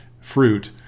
fruit